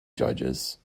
judges